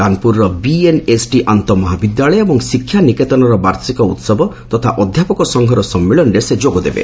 କାନପୁରର ବିଏନ୍ଏସ୍ଡି ଆନ୍ତଃ ମହାବିଦ୍ୟାଳୟ ଏବଂ ଶିକ୍ଷା ନିକେତନର ବାର୍ଷିକ ଉହବ ତଥା ଅଧ୍ୟାପକ ସଂଘର ସମ୍ମିଳନୀରେ ଯୋଗ ଦେବେ